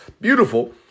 beautiful